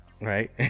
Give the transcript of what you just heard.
Right